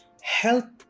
help